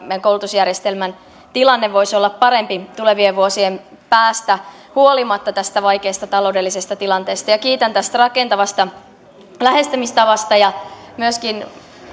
meidän koulutusjärjestelmämme tilanne voisi olla parempi tulevien vuosien päästä huolimatta tästä vaikeasta taloudellisesta tilanteesta kiitän tästä rakentavasta lähestymistavasta ja myöskin